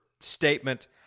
statement